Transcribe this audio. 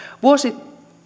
vuosia